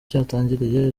cyatangiriye